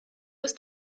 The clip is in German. ist